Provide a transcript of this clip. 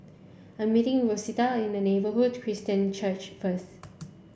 I'm meeting Rosita in the Neighbourhood Christian Church first